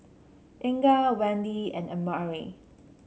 Inga Wende and Amare